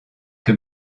que